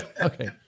Okay